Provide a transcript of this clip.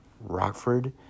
Rockford